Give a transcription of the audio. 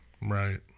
Right